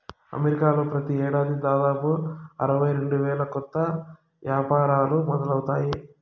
అమెరికాలో ప్రతి ఏడాది దాదాపు అరవై రెండు వేల కొత్త యాపారాలు మొదలవుతాయి